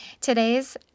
Today's